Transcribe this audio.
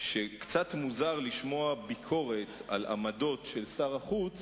שקצת מוזר לשמוע ביקורת על עמדות של שר החוץ